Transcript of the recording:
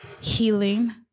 healing